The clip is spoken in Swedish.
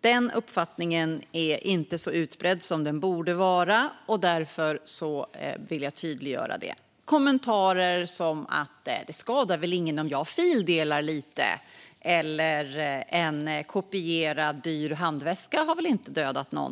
Den uppfattningen är inte så utbredd som den borde vara. Därför vill jag tydliggöra detta. Kommentarer som "det skadar väl ingen om jag fildelar lite?" eller "en kopia på en dyr handväska har väl inte dödat någon?"